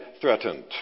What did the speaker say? threatened